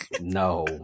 No